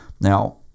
Now